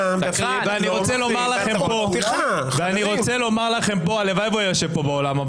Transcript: ואני רוצה לומר לכם הלוואי שהוא היה יושב פה באולם,